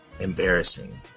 embarrassing